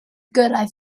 gyrraedd